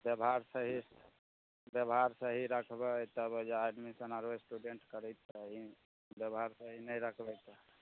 ब्यबहार सही ब्यबहार सही राखबै तब आज एडमिशन आओरो स्टूडेंट करेतै ब्यबहार सही नहि रखबै तऽ